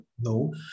no